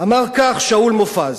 אמר כך שאול מופז: